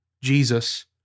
Jesus